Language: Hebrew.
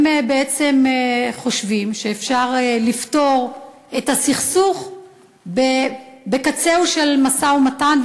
הם בעצם חושבים שאפשר לפתור את הסכסוך בקצהו של משא-ומתן,